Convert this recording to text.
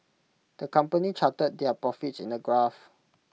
the company charted their profits in A graph